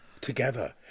together